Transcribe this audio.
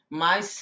mas